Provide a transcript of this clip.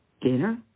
dinner